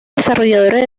desarrolladores